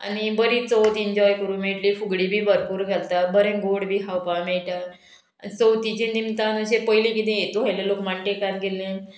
आनी बरी चवथ इंजॉय करूं मेळटली फुगडी बी भरपूर घालतात बरें गोड बी खावपा मेळटा चवथीचे निमतान अशें पयलीं कितें हेतू आयले लोक माणटेकार गेल्ले